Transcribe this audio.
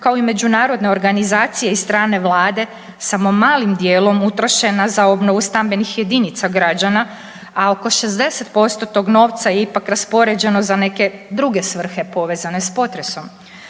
kao i međunarodne organizacije i strane vlade samo malim dijelom utrošena za obnovu stambenih jedinica građana, a oko 60% tog novca je ipak raspoređeno za neke druge svrhe povezane s potresom.